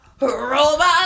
Robot